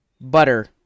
butter